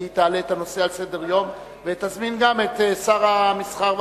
והיא תעלה את הנושא על סדר-היום ותזמין גם את שר המסחר,